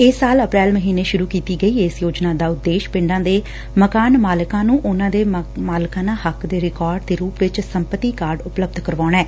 ਇਸ ਸਾਲ ਅਪ੍ਰੈਲ ਮਹੀਨੇ ਸੁਰੂ ਕੀਤੀ ਗਈ ਇਸ ਯੋਜਨਾ ਦਾ ਉਦੇਸ਼ ਪਿੰਡਾਂ ਦੇ ਮੋਕਾਨ ਮਾਲਕਾਂ ਨੰ ਉਨਾਂ ਦੇ ਮਾਲਕਾਨਾਂ ਹੱਕ ਦੇ ਰਿਕਾਰਡ ਦੇ ਰੁਪ ਵਿਚ ਸੰਪਤੀ ਕਾਰਡ ਉਪਲਬੱਧ ਕਰਾਉਣਾ ਏ